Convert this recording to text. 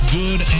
good